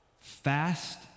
Fast